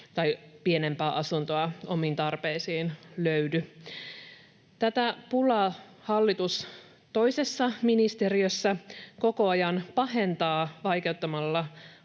tai pienempää asuntoa omiin tarpeisiin löydy. Tätä pulaa hallitus toisessa ministeriössä koko ajan pahentaa vaikeuttamalla